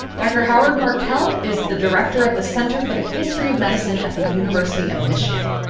dr. howard markel is the director of the center for the history of medicine at the university of michigan.